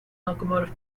locomotive